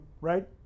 right